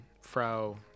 Frau